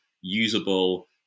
usable